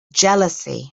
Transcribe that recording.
jealousy